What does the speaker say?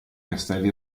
castelli